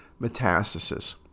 metastasis